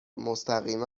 مستقیما